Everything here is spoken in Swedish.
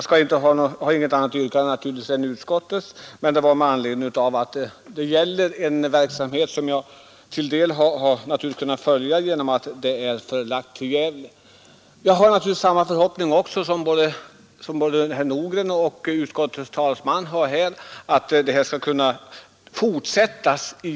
Fru talman! Jag har inget annat yrkande än utskottets. Det gäller här en verksamhet som jag till en del har kunnat följa genom att den är förlagd till Gävle. Jag har naturligtvis samma förhoppning som herr Nordgren och utskottets talesman att den här verksamheten skall kunna fortsätta.